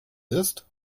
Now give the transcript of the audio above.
ist